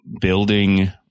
building